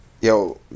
Yo